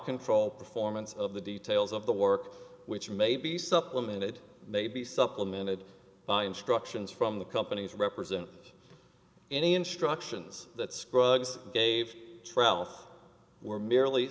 control performance of the details of the work which may be supplemented may be supplemented by instructions from the companies represent any instructions that scruggs gave trellis were merely